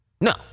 No